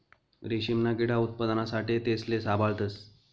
रेशीमना किडा उत्पादना साठे तेसले साभाळतस